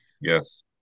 Yes